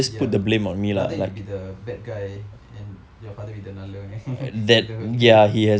ya rather you be the bad guy and your father be the நல்லவன்:nallavan than all three